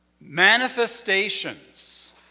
manifestations